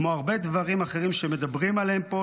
כמו הרבה דברים אחרים שמדברים עליהם פה,